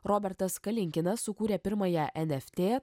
robertas kalinkinas sukūrė pirmąją nft